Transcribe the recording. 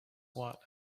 what